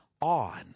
on